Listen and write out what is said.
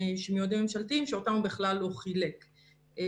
לגבי הנושא של בית חולים בילינסון אני מעדיף שידידי פרופ'